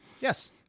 Yes